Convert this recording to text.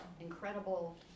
incredible